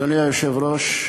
אדוני היושב-ראש,